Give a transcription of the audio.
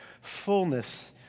fullness